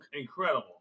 Incredible